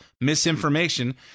misinformation